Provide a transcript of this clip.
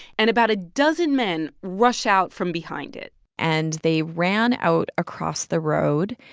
and about a dozen men rush out from behind it and they ran out across the road,